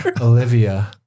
Olivia